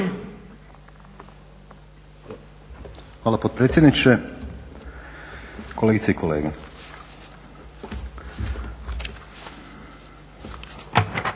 Hvala potpredsjedniče, kolegice i kolege. Nisam